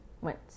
went